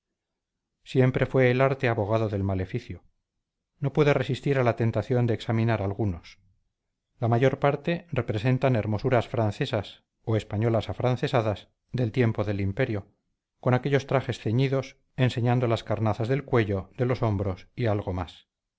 siempre fue el arte abogado del maleficio no pude resistir a la tentación de examinar algunos la mayor parte representan hermosuras francesas o españolas afrancesadas del tiempo del imperio con aquellos trajes ceñidos enseñando las carnazas del cuello de los hombros y algo más